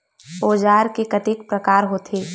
औजार के कतेक प्रकार होथे?